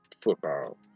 football